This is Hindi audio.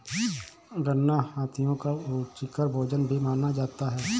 गन्ना हाथियों का रुचिकर भोजन भी माना जाता है